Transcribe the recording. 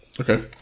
Okay